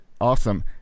awesome